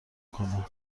کنه